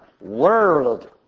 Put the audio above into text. world